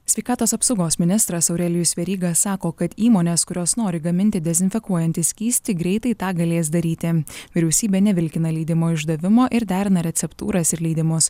sveikatos apsaugos ministras aurelijus veryga sako kad įmonės kurios nori gaminti dezinfekuojantį skystį greitai tą galės daryti vyriausybė nevilkina leidimo išdavimo ir derina receptūras ir leidimus